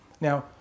Now